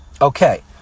Okay